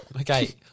Okay